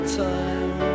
time